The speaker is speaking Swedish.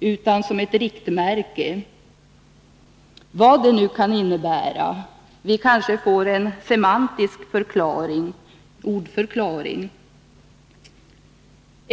utan som ett riktmärke — vad det nu kan innebära. Vi kanske kan få en semantisk förklaring, en ordförklaring.